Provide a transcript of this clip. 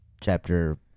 chapter